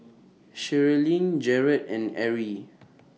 Sherilyn Jarett and Arrie